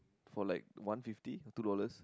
for like one fifty or two dollars